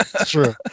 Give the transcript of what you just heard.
True